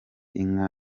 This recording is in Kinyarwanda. inka